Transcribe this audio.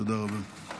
תודה רבה.